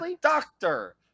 doctor